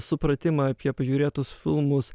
supratimą apie pažiūrėtus filmus